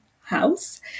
house